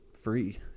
free